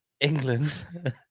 England